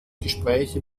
gespräche